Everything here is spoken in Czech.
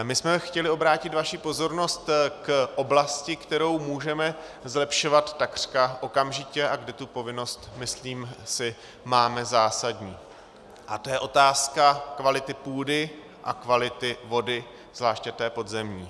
My jsme chtěli obrátit vaši pozornost k oblasti, kterou můžeme zlepšovat takřka okamžitě a kde tu povinnost, myslím si, máme zásadní, a to je otázka kvality půdy a kvality vody, zvláště té podzemní.